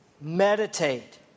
Meditate